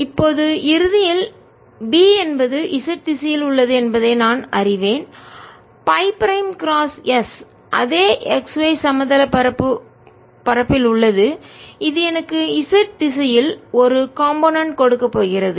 இப்போது இறுதியில் B என்பது z திசையில் உள்ளது என்பதை நான் அறிவேன் Φ பிரைம் கிராஸ் S அதே x y சமதள பரப்பு தட்டையான பரப்பு ல் உள்ளது இது எனக்கு z திசையில் ஒரு காம்போனன்ட் கூறு கொடுக்க போகிறது